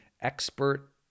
expert